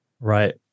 Right